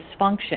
dysfunction